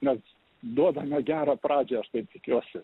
mes duodame gerą pradžią aš taip tikiuosi